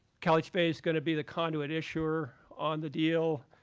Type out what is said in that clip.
calhfa is going to be the conduit issuer on the deal.